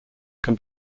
can